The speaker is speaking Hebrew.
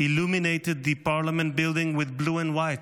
illuminated the parliament building with blue and white,